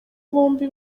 bombi